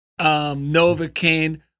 Novocaine